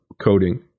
coding